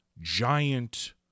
giant